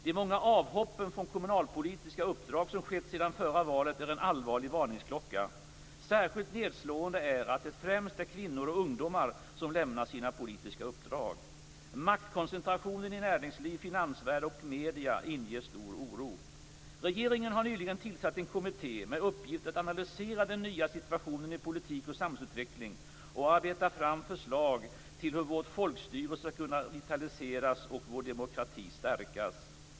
De många avhoppen från kommunalpolitiska uppdrag som skett sedan förra valet är en allvarlig varningsklocka. Särskilt nedslående är att det främst är kvinnor och ungdomar som lämnar sina politiska uppdrag. Maktkoncentrationen i näringsliv, finansvärld och medier inger stor oro. Regeringen har nyligen tillsatt en kommitté med uppgift att analysera den nya situationen i politik och samhällsutveckling och arbeta fram förslag till hur vårt folkstyre skall kunna vitaliseras och vår demokrati stärkas.